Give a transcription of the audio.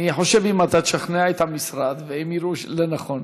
אני חושב שאם אתה תשכנע את המשרד והם יראו לנכון,